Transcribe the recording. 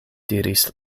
diris